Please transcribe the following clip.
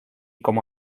como